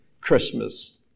Christmas